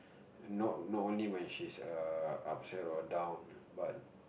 not not only when she's err upset or down but